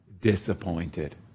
disappointed